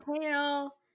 tail